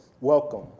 welcome